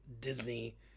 Disney